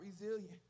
resilient